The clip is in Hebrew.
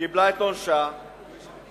קיבלה את עונשה מבית-המשפט,